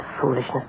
foolishness